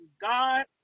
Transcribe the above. God